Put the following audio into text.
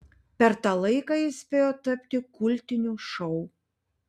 per tą laiką jis spėjo tapti kultiniu šou